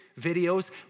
videos